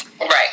Right